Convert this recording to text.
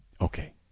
Okay